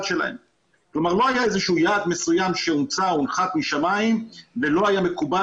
כלומר לא היה יעד מסוים שהוצע או הונחת משמים ולא היה מקובל